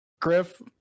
Griff